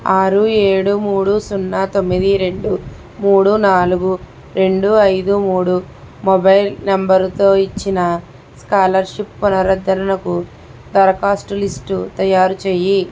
ఆరు ఏడు మూడు సున్న తొమ్మిది రెండు మూడు నాలుగు రెండు ఐదు మూడు మొబైల్ నంబరుతో ఇచ్చిన స్కాలర్షిప్ పునరుద్ధరణకు దరఖాస్తుల లిస్టు తయారుచెయ్యి